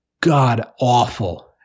god-awful